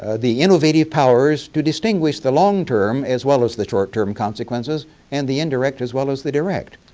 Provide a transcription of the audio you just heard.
ah the innovative powers to distinguish the long term as well as the short term consequences and the indirect as well as the direct?